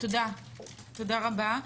תודה רבה.